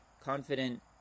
confident